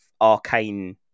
arcane